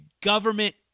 government